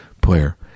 player